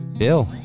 Bill